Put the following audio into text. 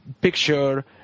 picture